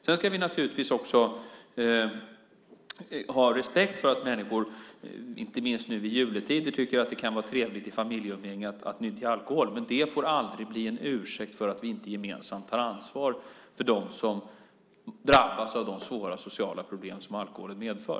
Sedan ska vi naturligtvis också ha respekt för att människor, inte minst nu i jultider, tycker att det kan vara trevligt i familjeumgänge att nyttja alkohol. Men det får aldrig bli en ursäkt för att inte gemensamt ta ansvar för dem som drabbas av de svåra sociala problem som alkoholen medför.